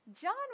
John